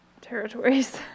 Territories